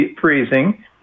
freezing